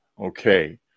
Okay